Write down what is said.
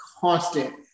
constant